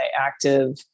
active